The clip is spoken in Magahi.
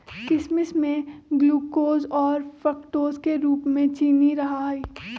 किशमिश में ग्लूकोज और फ्रुक्टोज के रूप में चीनी रहा हई